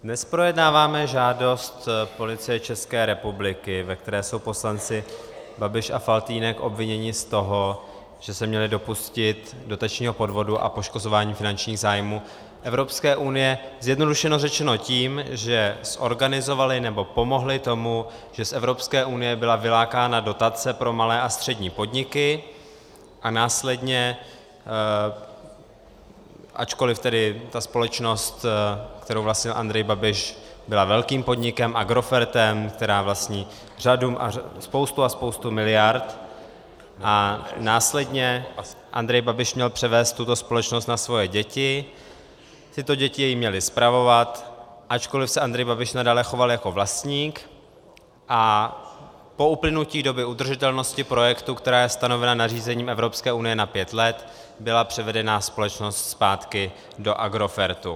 Dnes projednáváme žádost Policie České republiky, ve které jsou poslanci Babiš a Faltýnek obviněni z toho, že se měli dopustit dotačního podvodu a poškozování finančních zájmů Evropské unie, zjednodušeně řečeno tím, že zorganizovali nebo pomohli tomu, že z Evropské unie byla vylákána dotace pro malé a střední podniky a následně ačkoliv tedy ta společnost, kterou vlastnil Andrej Babiš, byla velkým podnikem, Agrofertem, která vlastní spoustu a spoustu miliard a následně Andrej Babiš měl převést tuto společnosti na svoje děti, tyto děti ji měly spravovat, ačkoliv se Andrej Babiš nadále choval jako vlastník, a po uplynutí doby udržitelnosti projektu, která je stanovena nařízením Evropské unie na pět let, byla převedena společnost zpátky do Agrofertu.